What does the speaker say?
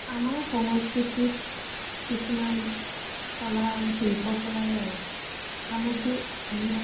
আমাৰ সংস্কৃতিত কিছুমান কলা আৰু শিল্পকলাৰ সামগ্ৰী আমি